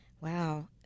Wow